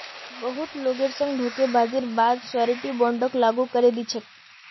बहुत लोगेर संग धोखेबाजीर बा द श्योरटी बोंडक लागू करे दी छेक